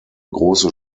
große